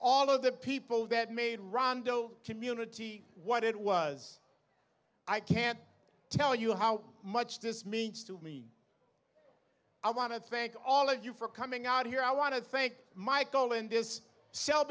all of the people that made rondo community what it was i can't tell you how much this means to me i want to thank all of you for coming out here i want to thank michael in this sel